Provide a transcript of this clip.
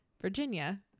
Virginia